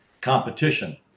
competition